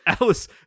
Alice